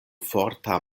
forta